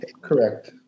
Correct